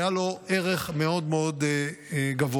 היה לזה ערך מאוד מאוד גבוה.